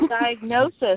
diagnosis